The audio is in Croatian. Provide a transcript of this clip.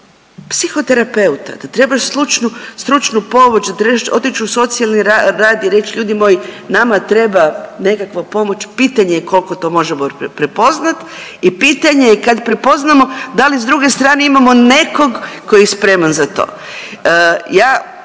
da treba stručnu pomoć, da treba otići u socijalni rad i reći ljudi moji nama treba nekakva pomoć pitanje je koliko to možemo prepoznati i pitanje je kad prepoznamo da li s druge strane imamo nekog tko je spreman za to.